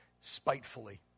spitefully